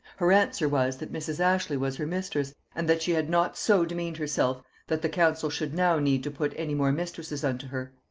her answer was, that mrs. ashley was her mistress, and that she had not so demeaned herself that the council should now need to put any mo mistresses unto her.